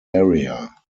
area